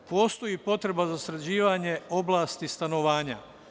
Postoji potreba za sređivanje oblasti stanovanja.